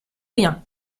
rien